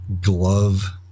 glove